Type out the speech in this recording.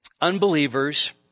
Unbelievers